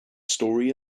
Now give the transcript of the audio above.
story